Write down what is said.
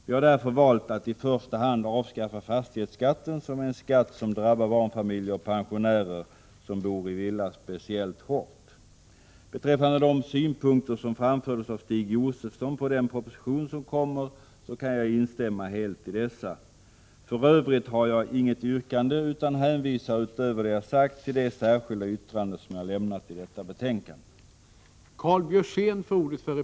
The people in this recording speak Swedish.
Vi har därför valt att i första hand avskaffa fastighetsskatten, som är en skatt som speciellt hårt drabbar barnfamiljer och pensionärer som bor i villa. Jag kan helt instämma i de synpunkter som framfördes av Stig Josefson beträffande den proposition som kommer att läggas fram. För övrigt har jag inget yrkande utan hänvisar utöver det jag sagt till det särskilda yttrande som jag fogat till detta betänkande.